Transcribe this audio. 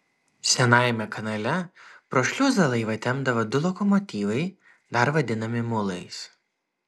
senajame kanale pro šliuzą laivą tempdavo du lokomotyvai dar vadinami mulais